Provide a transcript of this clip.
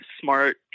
smart